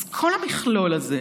אז כל המכלול הזה,